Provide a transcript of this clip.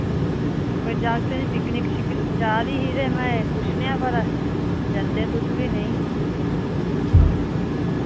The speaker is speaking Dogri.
कोई जाकतें दी पिकनिक शिकनिक जा दी ही ते मै पुच्छने आं भला जन्दे तुस बी नेईं